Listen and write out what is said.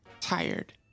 Tired